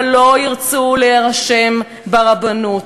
אבל לא ירצו להירשם ברבנות.